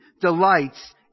delights